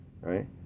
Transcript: right